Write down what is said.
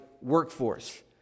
workforce